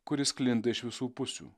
kuris sklinda iš visų pusių